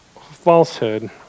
falsehood